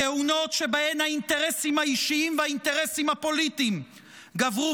כהונות שבהן האינטרסים האישיים והאינטרסים הפוליטיים גברו